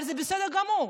אבל זה בסדר גמור,